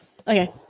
Okay